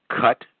cut